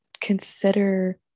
consider